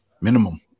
minimum